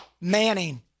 Manning